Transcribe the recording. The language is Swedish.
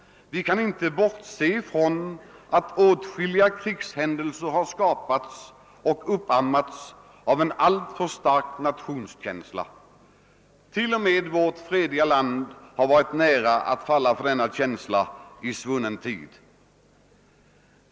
Vi kan inte bortse från att åtskilliga krigshändelser har uppammats och framkallats av en alltför stark nationskänsla. T. o. m. vårt fredliga land har varit nära att falla för denna känsla i svunnen tid.